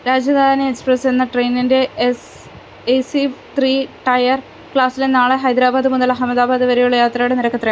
Rajdhani express എന്ന ട്രെയിനിൻ്റെ S A C three tier ക്ലാസിലെ നാളെ ഹൈദരാബാദ് മുതൽ അഹമ്മദാബാദ് വരെയുള്ള യാത്രയുടെ നിരക്ക് എത്രയാണ്